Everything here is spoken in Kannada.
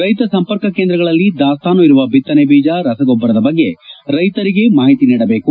ರೈತ ಸಂಪರ್ಕ ಕೇಂದ್ರಗಳಲ್ಲಿ ದಾಸ್ತಾನು ಇರುವ ಬಿತ್ತನೆ ಬೀಜ ರಸಗೊಬ್ಬರದ ಬಗ್ಗೆ ರೈತರಿಗೆ ಮಾಹಿತಿ ನೀಡಬೇಕು